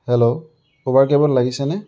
hello Uber কেবত লাগিছেনে